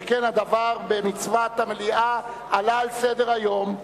שכן הדבר במצוות המליאה עלה על סדר-היום.